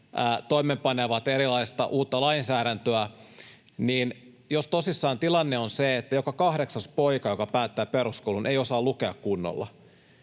toimeenpanevat erilaista uutta lainsäädäntöä, niin jos tosissaan tilanne on se, että joka kahdeksas poika, joka päättää peruskoulun, ei osaa lukea kunnolla,